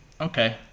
Okay